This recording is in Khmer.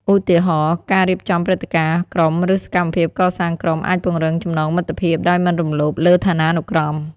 ឧទាហរណ៍ ការរៀបចំព្រឹត្តិការណ៍ក្រុម ឬសកម្មភាពកសាងក្រុមអាចពង្រឹងចំណងមិត្តភាពដោយមិនរំលោភលើឋានានុក្រម។